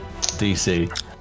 DC